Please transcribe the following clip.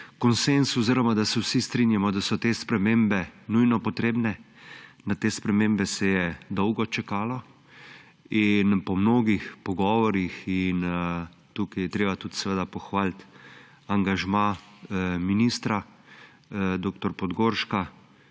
konsenz oziroma da se vsi strinjamo, da so te spremembe nujno potrebne. Na te spremembe se je dolgo čakalo in po mnogih pogovorih – in tukaj je treba tudi seveda pohvaliti angažma ministra dr. Podgorška.